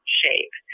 shape